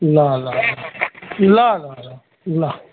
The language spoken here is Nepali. ल ल ल ल ल